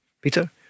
Peter